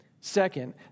Second